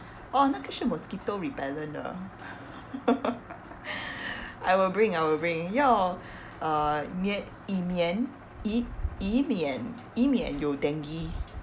oh 那个是 mosquito repellent 的 I will bring I will bring 要 uh 以以免以免有 dengue